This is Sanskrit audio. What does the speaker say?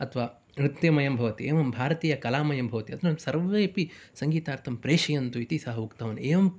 अथवा नृत्यमयं भवति एवं भारतीयकलामयं भवति सर्वेपि संगीतार्थं प्रेषयन्तु इति सः उक्तवान् एवं